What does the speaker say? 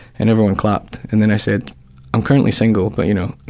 and everyone clapped. and then i said i'm currently single, but you know,